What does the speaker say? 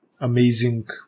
amazing